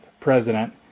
president